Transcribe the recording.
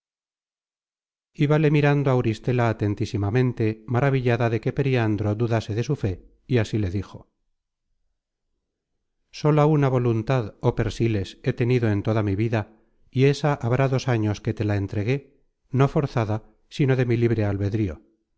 ibale mirando auristela atentísimamente maravillada de que periandro dudase de su fe y así le dijo sola una voluntad oh persíles he tenido en toda mi vida y esa habrá dos años que te la entregué no forzada sino de mi libre albedrío